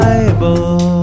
Bible